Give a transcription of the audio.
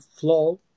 flow